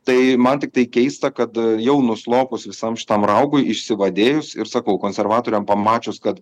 tai man tiktai keista kad jau nuslopus visam šitam raugui išsivadėjus ir sakau konservatoriam pamačius kad